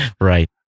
Right